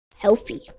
healthy